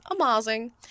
amazing